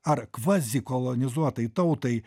ar kvazikolonizuotai tautai